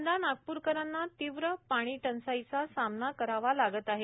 यंदा नागपूरकरांना तीव्र पाणीटंचाईचा सामना करावा लागत आहे